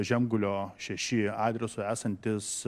žemgulio šeši adresu esantis